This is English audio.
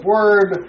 word